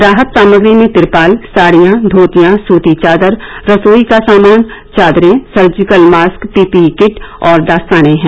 राहत सामग्री में तिरपाल साड़ियां धोतिया सुती चादर रसोई का सामान चादरे सर्जिकल मास्क पीपीई किट और दस्ताने हैं